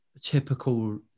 typical